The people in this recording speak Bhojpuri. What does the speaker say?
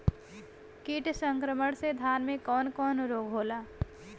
कीट संक्रमण से धान में कवन कवन रोग होला?